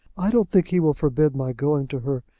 i don't think he will forbid my going to her,